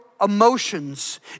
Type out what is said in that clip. emotions